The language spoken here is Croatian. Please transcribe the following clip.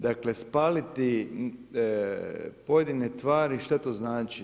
Dakle, spaliti pojedine tvari što to znači?